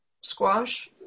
squash